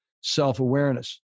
self-awareness